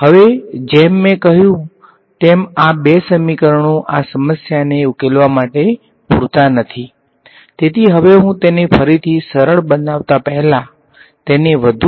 હવે જેમ મેં કહ્યું તેમ આ બે સમીકરણો આ સમસ્યાને ઉકેલવા માટે પૂરતા નથી તેથી હવે હું તેને ફરીથી સરળ બનાવતા પહેલા તેને વધુ જટિલ બનાવવા જઈ રહ્યો છું